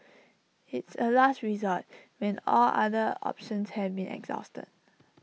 it's A last resort when all other options have been exhausted